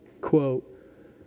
quote